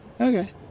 Okay